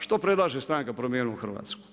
Što predlaže stranka Promijenimo Hrvatsku?